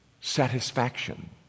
satisfaction